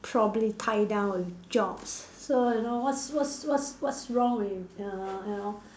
probably tie down with jobs so you know what's what's what's wrong err you know